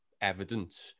evidence